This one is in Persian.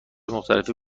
مختلفی